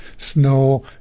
Snow